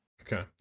Okay